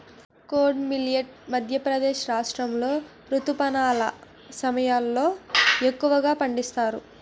kodo millet Madhya Pradesh రాష్ట్రాములో రుతుపవనాల సమయంలో ఎక్కువగా పండిస్తారు